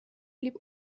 blieb